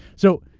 so,